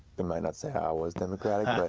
they might not say i was democratic, but